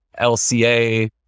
LCA